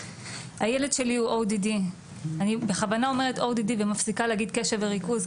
הילד שלי הוא ODD אני בכוונה אומרת ODD ומפסיקה להגיד קשב וריכוז,